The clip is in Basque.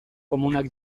komunak